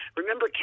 remember